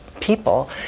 people